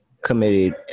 committed